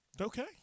okay